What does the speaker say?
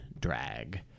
drag